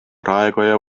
raekoja